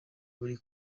muri